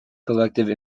collective